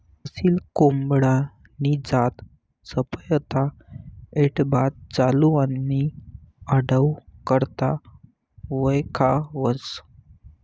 असील कोंबडानी जात चपयता, ऐटबाज चाल आणि लढाऊ करता वयखावंस